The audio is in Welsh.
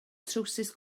trowsus